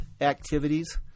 activities